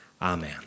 Amen